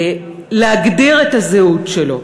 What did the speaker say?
להגדיר את הזהות שלו.